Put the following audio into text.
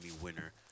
winner